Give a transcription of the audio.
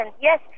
yes